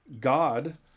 God